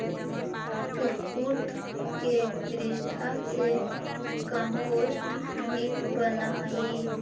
कुक्कुट के विष्ठा से कम्पोस्ट भी बनअ हई